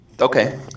Okay